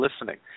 listening